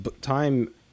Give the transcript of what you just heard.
time